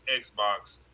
Xbox